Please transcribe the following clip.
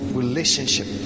relationship